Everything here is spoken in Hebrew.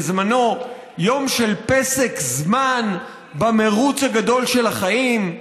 בזמנו: יום של פסק זמן במירוץ הגדול של החיים.